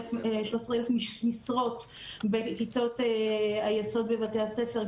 13,000 משרות בכיתות היסוד בבתי הספר,